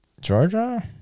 Georgia